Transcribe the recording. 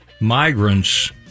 migrants